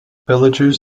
villagers